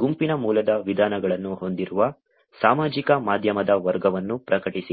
ಗುಂಪಿನ ಮೂಲದ ವಿಧಾನಗಳನ್ನು ಹೊಂದಿರುವ ಸಾಮಾಜಿಕ ಮಾಧ್ಯಮದ ವರ್ಗವನ್ನು ಪ್ರಕಟಿಸಿ